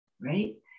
Right